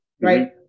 right